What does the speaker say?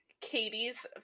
Katie's